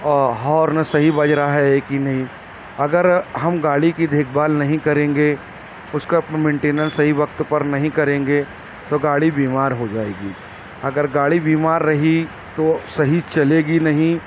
اور ہارن صحیح بج رہا ہے کہ نہیں اگر ہم گاڑی کی دیکھ بھال نہیں کریں گے اس کا مینٹننس صحیح وقت پر نہیں کریں گے تو گاڑی بیمار ہو جائے گی اگر گاڑی بیمار رہی تو صحیح چلے گی نہیں